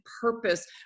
purpose